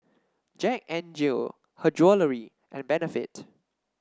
Jack N Jill Her Jewellery and Benefit